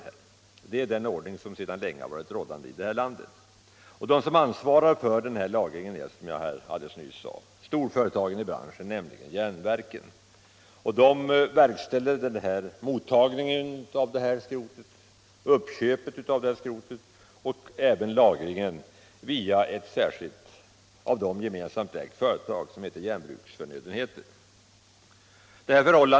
Det är den ordning som sedan länge råder i vårt land. De som ansvarar för denna lagring är, som jag nyss påpekade, storföretagen i branschen, nämligen järnbruken. De verkställer uppköp, mottagning och lagring av skrotet via ett särskilt av dem gemensamt ägt företag som heter Järnbruksförnödenheter.